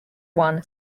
won